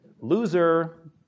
Loser